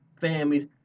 families